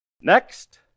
Next